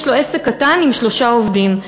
יש לו עסק קטן עם שלושה עובדים.